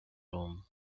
room